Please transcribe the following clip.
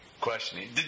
questioning